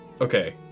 okay